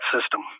system